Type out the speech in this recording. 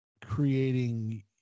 creating